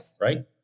Right